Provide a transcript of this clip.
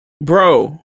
Bro